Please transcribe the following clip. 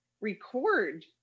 record